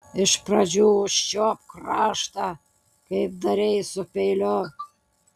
iš pradžių užčiuopk kraštą kaip darei su peiliu